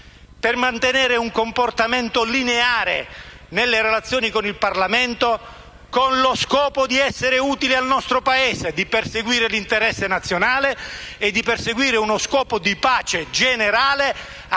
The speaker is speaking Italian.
per mantenere un comportamento lineare nelle relazioni con il Parlamento, con l'obiettivo di essere utile al nostro Paese, di perseguire l'interesse nazionale e uno scopo di pace generale